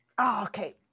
Okay